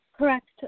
Correct